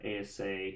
ASA